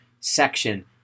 Section